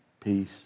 peace